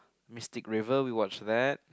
Mystic Raver we watched that